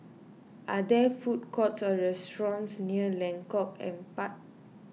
are there food courts or restaurants near Lengkok Empat